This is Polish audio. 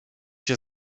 się